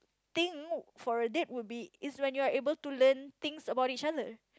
thing for a date would be is when you are able to learn things about each other